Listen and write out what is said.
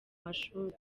mashuri